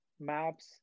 Maps